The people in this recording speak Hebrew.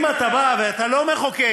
אם אתה בא ואתה לא מחוקק,